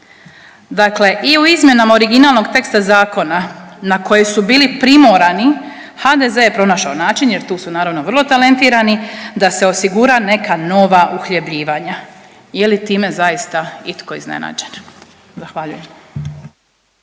Dakle i u izmjenama originalnog teksta zakona na koje su bili primorani HDZ je pronašao način jer tu su naravno vrlo talentirani da se osigura neka nova uhljebljivanja. Je li time zaista itko iznenađen? **Reiner,